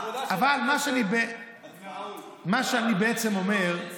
אבל מה שאני בעצם אומר,